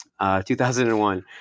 2001